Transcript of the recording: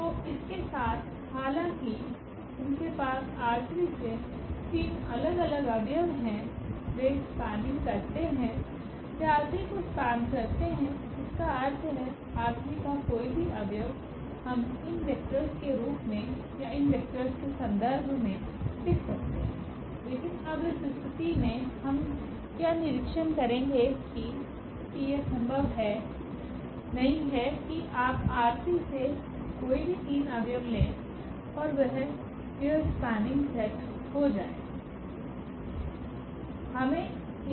तो इसके साथ हालांकि उनके पास ℝ3 से तीन अलग अलग अवयव हैं वे स्पनिंग करते हैं वे ℝ3 को स्पेन करते है इसका अर्थ है ℝ3 का कोई भी अव्यव हम इन वेक्टर्स के रूप में या इन वेक्टर्स के संदर्भ में लिख सकते हैं लेकिन अब इस स्थिति में हम क्या निरीक्षण करेंगे कि यह संभव नहीं है कि आप ℝ3 से कोई भी तीन अव्यव लें और वह यह स्पनिंग सेट हो जाएगा